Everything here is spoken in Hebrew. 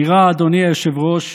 נראה, אדוני היושב-ראש,